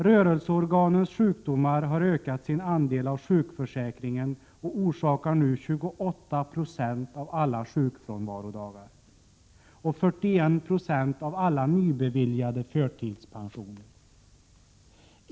Rörelseorganens sjukdomar har ökat sin andel av sjukförsäkringen och orsakar nu 28 96 av alla sjukfrånvarodagar och 41 96 av alla nybeviljade förtidspensioner.